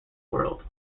world